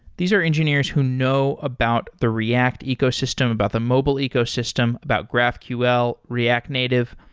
these are engineers who know about the react ecosystem, about the mobile ecosystem, about graphql, react native.